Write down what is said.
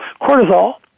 cortisol